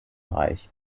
reich